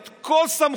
את כל סמכויותיו,